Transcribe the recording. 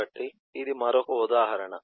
కాబట్టి ఇది మరొక ఉదాహరణ